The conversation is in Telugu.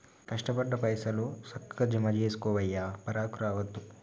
కష్టపడ్డ పైసలు, సక్కగ జమజేసుకోవయ్యా, పరాకు రావద్దు